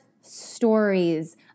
stories